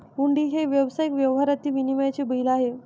हुंडी हे व्यावसायिक व्यवहारातील विनिमयाचे बिल आहे